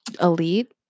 elite